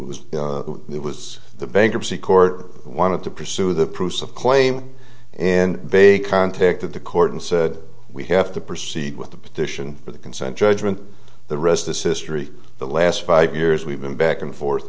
nine it was the bankruptcy court wanted to pursue the proof of claim and they contacted the court and said we have to proceed with the petition for the consent judgment the rest is history the last five years we've been back and forth